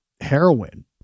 heroin